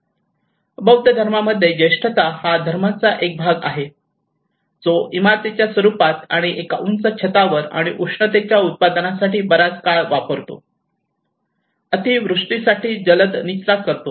बौद्ध धर्मामध्ये ज्येष्ठता हा धर्माचा एक भाग आहे जो इमारतीच्या स्वरूपात आणि एका उंच छतावर आणि उष्णतेच्या उत्पादनासाठी बराच काळ वापरतो अतिवृष्टीसाठी जलद निचरा करतो